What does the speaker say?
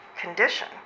condition